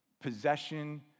possession